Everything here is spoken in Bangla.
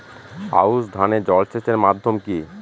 আউশ ধান এ জলসেচের মাধ্যম কি?